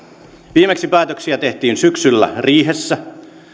viimeksi päätöksiä tehtiin syksyllä riihessä